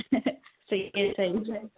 सही आहे सही आहे